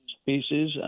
species